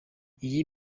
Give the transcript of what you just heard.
iyi